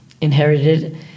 inherited